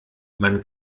man